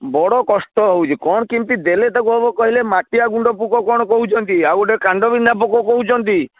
ବଡ଼ କଷ୍ଟ ହେଉଛି କ'ଣ କେମିତି ଦେଲେ ତାକୁ ହେବ କହିଲେ ମାଟିଆ ଗୁଣ୍ଡ ପୋକ କ'ଣ କହୁଛନ୍ତି ଆଉ ଗୋଟେ କାଣ୍ଡ ବିନ୍ଧା ପୋକ କହୁଛନ୍ତି